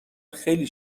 خیلی